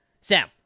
Sam